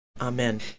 amen